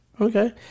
Okay